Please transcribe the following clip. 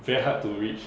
very hard to reach